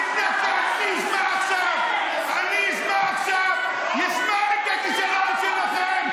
אני אשמע עכשיו, אשמע את הכישלון שלכם.